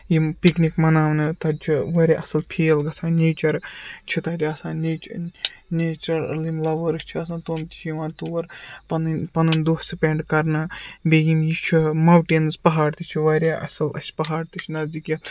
یِم پِکنِک مَناونہٕ تَتہِ چھِ واریاہ اَصٕل فیٖل گژھان نیٚچَر چھِ تَتہِ آسان نیٚچ نیچرَل یِم لَوٲرٕس چھِ آسان تِم تہِ چھِ یِوان تور پَنٕنۍ پَنُن دوہ سپٮ۪نٛڈ کرنہٕ بیٚیہِ یِم یہِ چھُ ماوٹیٚنٕز پہاڑ تہِ چھِ واریاہ اَصٕل اَسہِ پَہاڑ تہِ چھِ نزدیٖک یَتھ